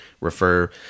refer